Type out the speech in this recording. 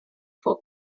for